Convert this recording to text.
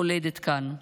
מולדת כאן.